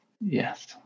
Yes